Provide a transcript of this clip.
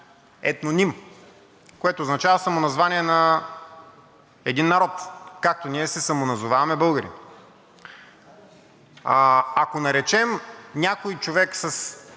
етноним, което означава самоназвание на един народ, както ние се самоназоваваме българи. Ако наречем някой човек с